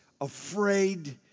afraid